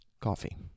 coffee